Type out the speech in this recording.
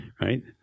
Right